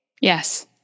Yes